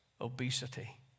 obesity